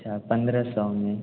अच्छा पंद्रह सौ में